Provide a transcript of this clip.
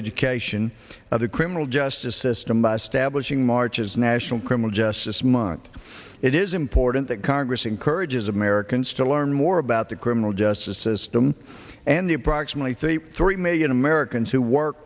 education of the criminal justice system by stablish ing march is national criminal justice month it is important that congress encourages americans to learn more about the criminal justice system and the approximately thirty three million americans who work